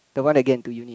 the one that get into uni